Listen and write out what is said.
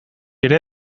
ere